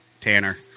Tanner